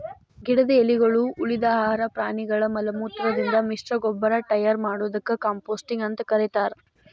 ಗಿಡದ ಎಲಿಗಳು, ಉಳಿದ ಆಹಾರ ಪ್ರಾಣಿಗಳ ಮಲಮೂತ್ರದಿಂದ ಮಿಶ್ರಗೊಬ್ಬರ ಟಯರ್ ಮಾಡೋದಕ್ಕ ಕಾಂಪೋಸ್ಟಿಂಗ್ ಅಂತ ಕರೇತಾರ